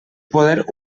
poder